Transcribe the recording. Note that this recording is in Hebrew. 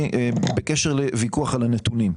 לגבי ויכוח על הנתונים.